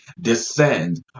descend